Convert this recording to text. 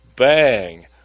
bang